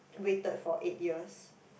waited for eight years